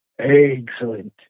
Excellent